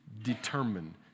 Determine